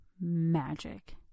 magic